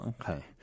Okay